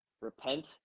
repent